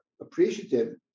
appreciative